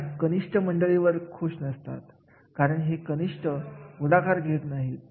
कार्याचे स्वरूप आणि मालकी हक्क हे सुद्धा खूप महत्त्वाचे ठरतात